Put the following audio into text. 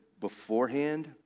beforehand